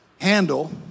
handle